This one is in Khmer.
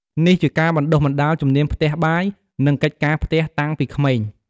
នេះជាការបណ្ដុះបណ្ដាលជំនាញផ្ទះបាយ និងកិច្ចការផ្ទះតាំងពីក្មេង។